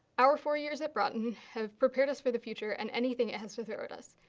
our four years at broughton have prepared us for the future and anything it has to throw at us.